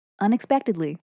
unexpectedly